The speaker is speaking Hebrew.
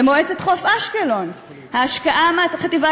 במועצת חוף-אשקלון ההשקעה מהחטיבה